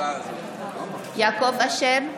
יעקב אשר,